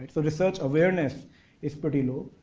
so research awareness is pretty low.